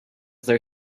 their